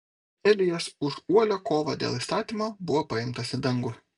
elijas už uolią kovą dėl įstatymo buvo paimtas į dangų